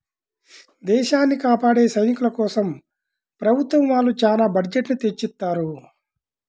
దేశాన్ని కాపాడే సైనికుల కోసం ప్రభుత్వం వాళ్ళు చానా బడ్జెట్ ని తెచ్చిత్తారు